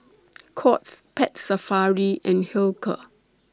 Courts Pet Safari and Hilker